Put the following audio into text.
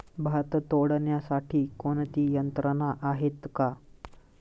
भात तोडण्यासाठी कोणती यंत्रणा आहेत का?